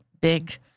big